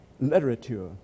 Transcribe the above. literature